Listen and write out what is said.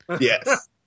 Yes